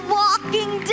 walking